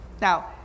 Now